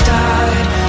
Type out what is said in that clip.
died